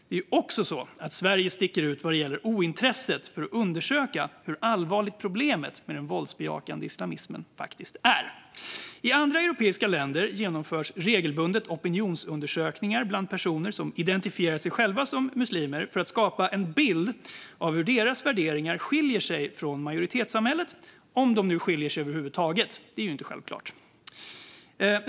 Det är också så att Sverige sticker ut vad gäller ointresset för att undersöka hur allvarligt problemet med den våldsbejakande islamismen faktiskt är. I andra europeiska länder genomförs regelbundet opinionsundersökningar bland personer som identifierar sig själva som muslimer för att skapa en bild av hur deras värderingar skiljer sig från majoritetssamhällets - om de nu skiljer sig över huvud taget; det är ju inte självklart.